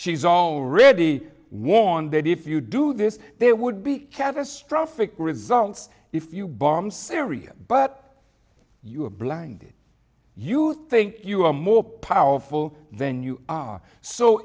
she's already warned that if you do this there would be catastrophic results if you bomb syria but you are blinded you think you are more powerful than you